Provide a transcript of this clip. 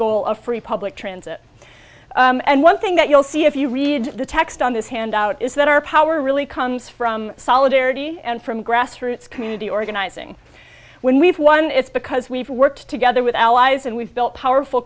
goal of free public transit and one thing that you'll see if you read the text on this handout is that our power really comes from solidarity and from grassroots community organizing when we've won it's because we've worked together with allies and we've built powerful